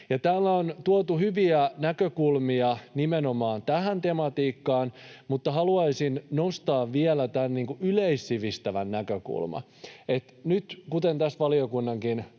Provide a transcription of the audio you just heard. Täällä on tuotu hyviä näkökulmia nimenomaan tähän tematiikkaan, mutta haluaisin nostaa vielä tämän yleissivistävän näkökulman. Kuten tässä valiokunnankin